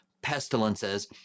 pestilences